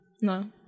No